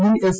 മുൻ എസ്